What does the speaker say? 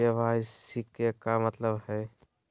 KYC के का मतलब हई?